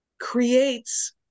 creates